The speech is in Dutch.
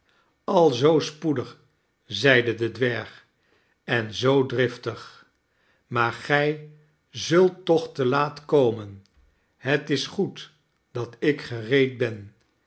al zoo spoedig zeide de dwerg en zoo driftig maar gij zult toch te laat komen het is goed dat ik gereed ben